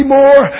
more